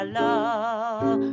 love